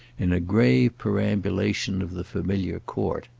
in a grave perambulation of the familiar court.